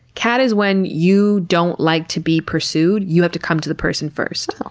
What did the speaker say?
cat is when you don't like to be pursued. you have to come to the person first.